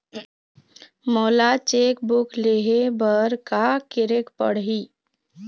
मोला cheque book लेहे बर का केरेक पढ़ही?